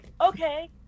okay